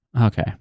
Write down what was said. Okay